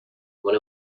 when